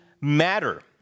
matter